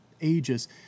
ages